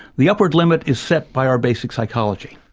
the upward limit is set by our basic psychology.